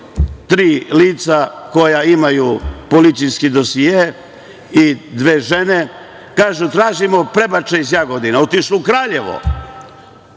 tri lica koja imaju policijske dosijee i dve žene, kažu – tražimo prebačaj iz Jagodine. Otišle u Kraljevo.